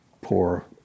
poor